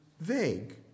vague